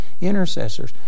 intercessors